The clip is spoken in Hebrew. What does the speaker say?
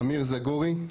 אמיר זגורי.